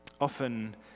often